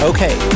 Okay